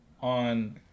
on